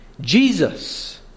Jesus